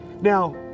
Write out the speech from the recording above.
now